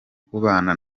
kubana